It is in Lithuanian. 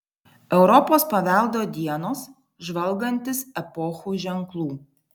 europos paveldo dienos žvalgantis epochų ženklų